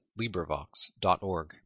LibriVox.org